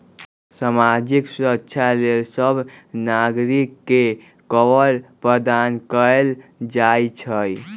सामाजिक सुरक्षा लेल सभ नागरिक के कवर प्रदान कएल जाइ छइ